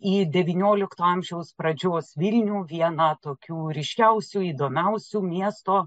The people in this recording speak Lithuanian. į devyniolikto amžiaus pradžios vilnių vieną tokių ryškiausių įdomiausių miesto